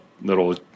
little